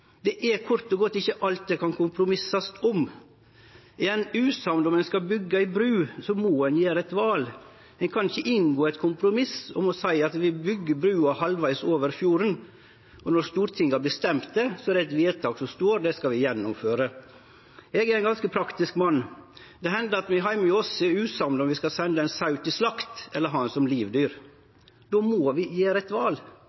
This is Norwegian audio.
det er kort og godt ikkje alt det kan lagast kompromiss om. Er ein usamd om ein skal byggje ei bru, må ein gjere eit val. Ein kan ikkje inngå eit kompromiss og seie at ein byggjer brua halvvegs over fjorden, og når Stortinget har bestemt det, er det eit vedtak som står, og det skal vi gjennomføre. Eg er ein ganske praktisk mann. Det hender at vi heime hos oss er usamde om vi skal sende ein sau til slakt eller ha han som livdyr. Då må vi gjere eit val.